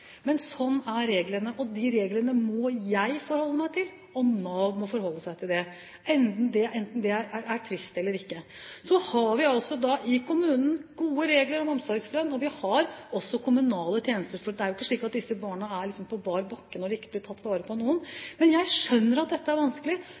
Men sånn er reglene, og de reglene må jeg forholde meg til, og Nav må forholde seg til dem, enten det er trist eller ikke. Så har vi da i kommunen gode regler om omsorgslønn, og vi har også kommunale tjenester. For det er jo ikke slik at disse barna er på bar bakke når de ikke blir tatt vare på av noen.